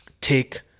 Take